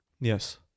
yes